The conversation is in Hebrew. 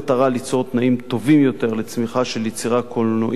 ליצור תנאים טובים יותר לצמיחה של יצירה קולנועית